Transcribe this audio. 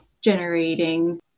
generating